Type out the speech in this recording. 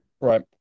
right